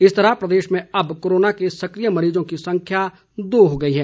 इस तरह प्रदेश में अब कोरोना के सक्रिय मरीजों की संख्या दो हो गई है